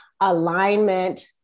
alignment